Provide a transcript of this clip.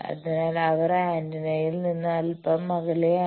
അതിനാൽ അവർ ആന്റിനയിൽ നിന്ന് അൽപ്പം അകലെയാണ്